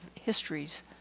histories